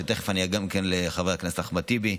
ותכף אני אענה גם לחבר הכנסת אחמד טיבי.